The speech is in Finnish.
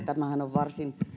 varsin